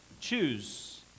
Choose